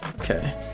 Okay